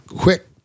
quick